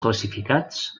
classificats